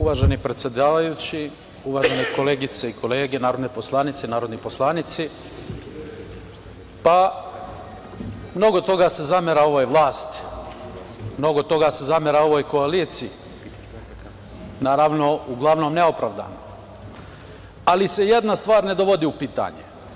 Uvaženi predsedavajući, uvažene koleginice i kolege, narodne poslanice, narodni poslanici, mnogo toga se zamera ovoj vlasti, mnogo toga se zamera ovoj koaliciji, naravno, uglavnom, neopravdano, ali se jedna stvar ne dovodi u pitanje.